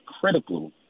critical